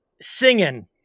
singing